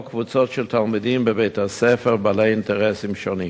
או קבוצות של תלמידים בבית-הספר בעלי אינטרסים שונים.